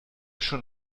schon